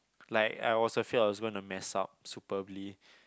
like I was afraid I was gonna mess up superbly